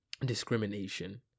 discrimination